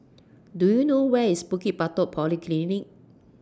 Do YOU know Where IS Bukit Batok Polyclinic